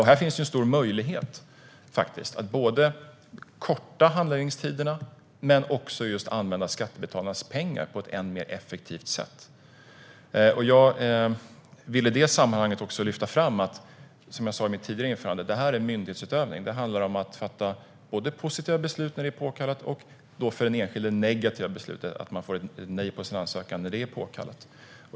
Här finns en stor möjlighet att korta handläggningstiderna men också att använda skattebetalarnas pengar på ett än mer effektivt sätt. Jag vill i det sammanhanget lyfta fram det som jag sa i mitt tidigare anförande. Detta är myndighetsutövning. Det handlar om att fatta positiva beslut när det är påkallat och om att fatta för den enskilde negativa beslut - man får då ett nej på sin ansökan - när det är påkallat.